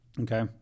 Okay